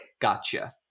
Gotcha